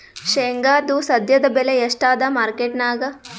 ಶೇಂಗಾದು ಸದ್ಯದಬೆಲೆ ಎಷ್ಟಾದಾ ಮಾರಕೆಟನ್ಯಾಗ?